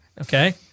Okay